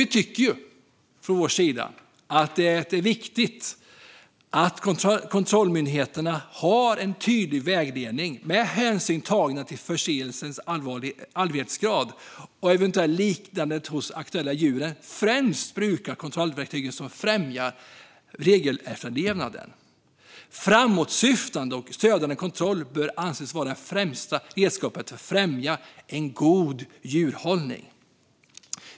Vi tycker från Kristdemokraternas sida att det är viktigt att kontrollmyndigheterna har en tydlig vägledning för att, med hänsyn tagen till förseelsens allvarlighetsgrad och eventuellt lidande hos det aktuella djuret, främst bruka kontrollverktyg som främjar regelefterlevnaden. Framåtsyftande och stödjande kontroller bör anses vara det främsta redskapet för att främja en god djurhållning.